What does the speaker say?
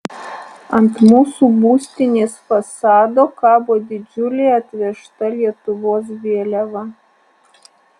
ant mūsų būstinės fasado kabo didžiulė atvežta lietuvos vėliava